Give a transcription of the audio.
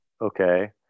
Okay